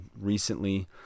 recently